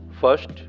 First